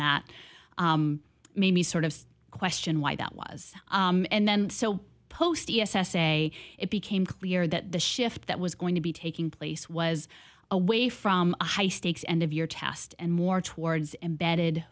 that made me sort of question why that was and then so post s s a it became clear that the shift that was going to be taking place was away from the high stakes end of year tast and more towards embedded